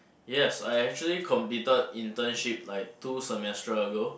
yes I actually completed internship like two semestral ago